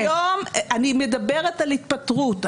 אני מדברת על התפטרות.